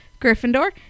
Gryffindor